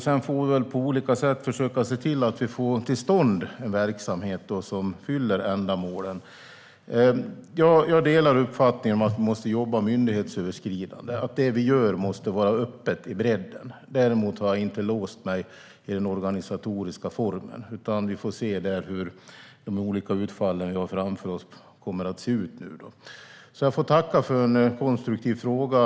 Sedan får vi väl på olika sätt försöka se till att vi får till stånd en verksamhet som fyller ändamålen. Jag delar uppfattningen att vi måste jobba myndighetsöverskridande och att det vi gör måste vara öppet på bredden. Däremot har jag inte låst mig vid den organisatoriska formen. Vi får se hur de olika utfall vi har framför oss kommer att se ut. Jag får tacka för en konstruktiv fråga.